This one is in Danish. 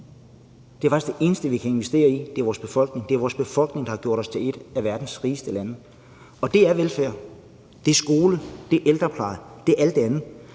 Det er det eneste, vi kan investere i: vores befolkning. Det er vores befolkning, der har gjort os til et af verdens rigeste lande. Det er velfærd. Det er skoler, det er ældrepleje, det er alt det andet,